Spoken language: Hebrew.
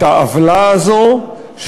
את העוולה הזאת,